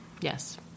Yes